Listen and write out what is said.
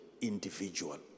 individual